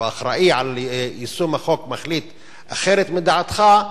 או אחראי ליישום החוק מחליט אחרת מדעתך,